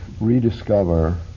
rediscover